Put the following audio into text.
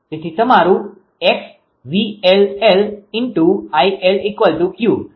તેથી તમારું × 𝑉𝐿−𝐿 × 𝐼𝐿𝑄